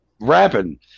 rapping